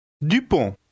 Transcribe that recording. Dupont